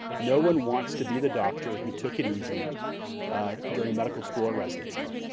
no one wants to be the doctor who took it easy during medical school or residency.